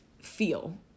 feel